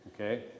okay